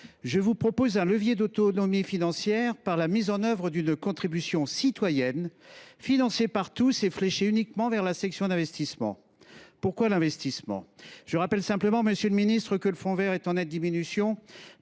mobilisation d’un levier d’autonomie financière par la mise en œuvre d’une contribution citoyenne financée par tous et fléchée uniquement vers la section d’investissement. Pourquoi cette section ? Je me contente de rappeler, monsieur le ministre, que le fonds vert est en nette diminution,